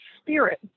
spirit